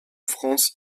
france